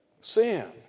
Sin